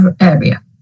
area